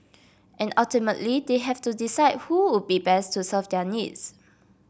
and ultimately they have to decide who would best to serve their needs